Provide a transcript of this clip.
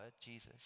Jesus